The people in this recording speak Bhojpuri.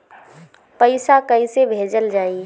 पैसा कैसे भेजल जाइ?